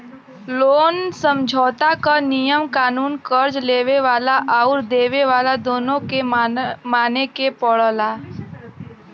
loan समझौता क नियम कानून कर्ज़ लेवे वाला आउर देवे वाला दोनों के माने क पड़ला